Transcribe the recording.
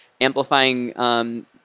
amplifying